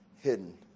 hidden